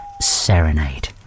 Serenade